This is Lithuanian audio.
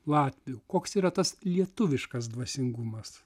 latvių koks yra tas lietuviškas dvasingumas